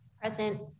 present